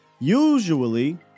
Usually